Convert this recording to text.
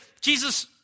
Jesus